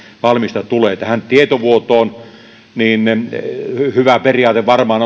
valmista tulee tähän tietovuotoon hyvä periaate varmaan